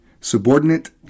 subordinate